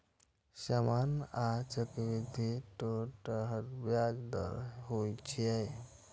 सामान्य आ चक्रवृद्धि दू तरहक ब्याज दर होइ छै